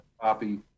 Copy